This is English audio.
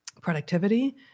productivity